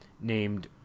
named